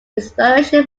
inspiration